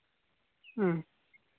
ᱦᱮᱸ